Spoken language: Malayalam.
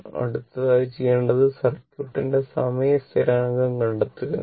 അടുത്തതായി ചെയ്യേണ്ടത് സർക്യൂട്ടിന്റെ സമയ സ്ഥിരാങ്കം കണ്ടെത്തുക എന്നതാണ്